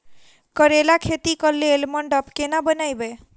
करेला खेती कऽ लेल मंडप केना बनैबे?